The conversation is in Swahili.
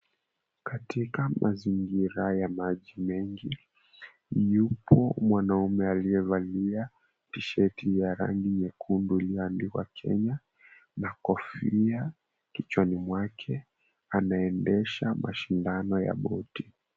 Katika mazingira ya maji mengi, yupo mwanaume aliyevalia t-sheti ya rangi nyekundu iliandikwa Kenya na kofia kichwani mwake anaendesha mashindano ya boti.